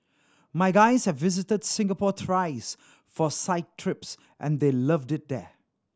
my guys have visited Singapore thrice for site trips and they loved it there